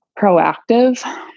proactive